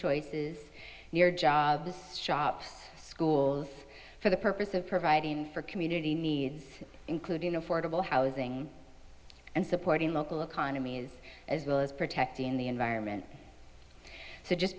choices near jobs shops schools for the purpose of providing for community needs including affordable housing and supporting local economies as well as protecting the environment so just